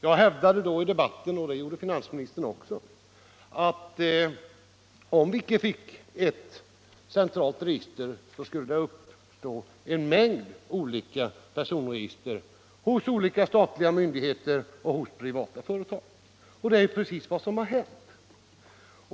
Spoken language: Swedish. Jag hävdade då i debatten — och det gjorde även finansministern — att om vi icke fick ett centralt register, skulle det uppstå en mängd olika personregister hos olika statliga myndigheter och hos privata företag. Det är precis vad som har hänt.